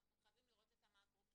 אנחנו חייבים לראות את המקרו,